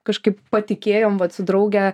kažkaip patikėjom vat su drauge